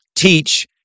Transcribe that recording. teach